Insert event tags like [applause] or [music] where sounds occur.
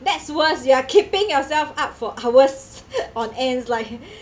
that's worse you are keeping yourself up for hours [laughs] on ends like